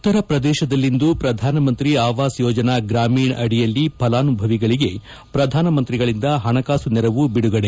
ಉತ್ತರಪ್ರದೇಶದಲ್ಲಿಂದು ಪ್ರಧಾನಮಂತ್ರಿ ಆವಾಸ್ ಯೋಜನಾ ಗ್ರಾಮೀಣ್ ಅಡಿಯಲ್ಲಿ ಫಲಾನುಭವಿಗಳಿಗೆ ಪ್ರಧಾನಮಂತ್ರಿಗಳಿಂದ ಹಣಕಾಸು ನೆರವು ಬಿಡುಗಡೆ